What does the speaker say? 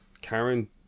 Karen